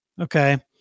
Okay